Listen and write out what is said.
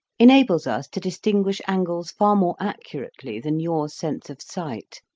enables us to distinguish angles far more accurately than your sense of sight,